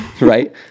right